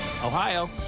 Ohio